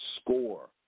score